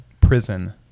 prison